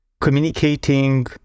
communicating